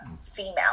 female